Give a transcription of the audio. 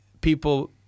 people